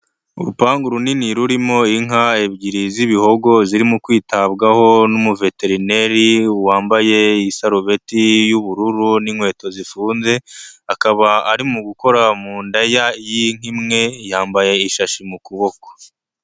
Urupangu runini rurimo inka ebyiri z’ibihogo, zirimo kwitabwaho n'umuveterineri, wambaye isarubeti y'ubururu n'inkweto zifunze, akaba ari mu gukora mu nda y'inka imwe, yambaye ishashi mu kuboko.